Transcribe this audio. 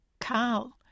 Carl